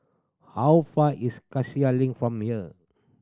how far is Cassia Link from here